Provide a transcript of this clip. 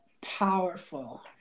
powerful